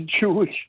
Jewish